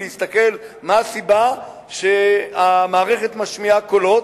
יסתכלו מה הסיבה שהמערכת משמיעה קולות,